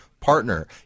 partner